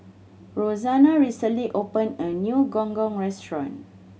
Roxana recently opened a new Gong Gong restaurant